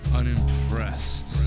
unimpressed